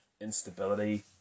instability